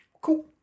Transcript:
cool